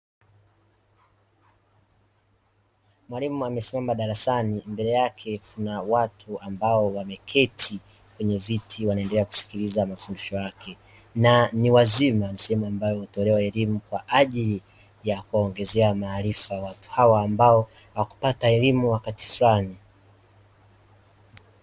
Mwalimu amesimama darasani mbele yake kuna watu ambao wameketi kwenye viti, wanaendelea kusikiliza mafundisho yake na ni wazima sehemu ambayo hutolewa elimu kwa ajili ya kuwaongezea maarifa watu hawa ambao hawakupata elimu wakati fulani.